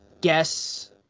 guess